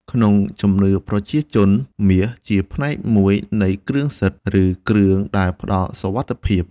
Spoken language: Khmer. ក្នុងជំនឿប្រជាជន មាសជាផ្នែកមួយនៃគ្រឿងសិទ្ធិ ឬគ្រឿងដែលផ្តល់សុវត្ថិភាព។